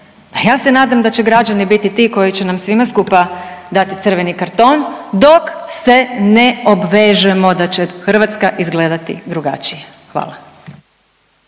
ja se nadam da će građani biti ti koji će nam svima skupa dati crveni karton dok se ne obvežemo da će Hrvatska izgledati drugačije. Hvala.